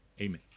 Amen